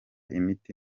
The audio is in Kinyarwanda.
imiti